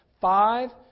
Five